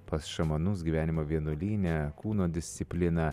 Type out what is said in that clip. pas šamanus gyvenimą vienuolyne kūno discipliną